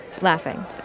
laughing